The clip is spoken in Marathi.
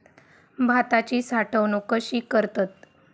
भाताची साठवूनक कशी करतत?